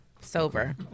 Sober